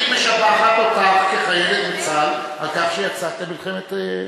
היא משבחת אותך כחיילת בצה"ל על כך שיצאת למלחמת,